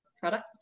products